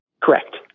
Correct